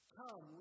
come